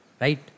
right